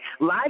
live